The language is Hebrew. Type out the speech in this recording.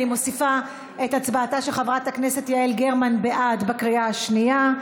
אני מוסיפה את הצבעתה של חברת הכנסת יעל גרמן בעד בקריאה השנייה.